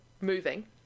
moving